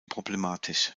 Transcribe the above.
problematisch